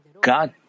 God